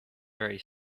very